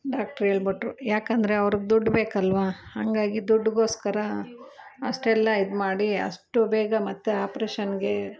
doctor ಹೇಳಿಬಿಟ್ರು ಯಾಕಂದರೆ ಅವ್ರಿಗೆ ದುಡ್ಡು ಬೇಕಲ್ವ ಹಂಗಾಗಿ ದುಡ್ಡುಗೋಸ್ಕರ ಅಷ್ಟೆಲ್ಲ ಇದು ಮಾಡಿ ಅಷ್ಟು ಬೇಗ ಮತ್ತು ಆಪ್ರೇಷನ್ಗೆ